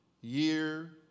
year